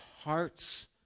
hearts